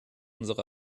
unsere